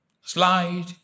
Slide